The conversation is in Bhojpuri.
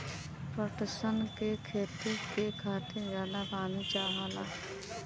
पटसन के खेती के खातिर जादा पानी चाहला